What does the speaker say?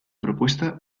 propuesta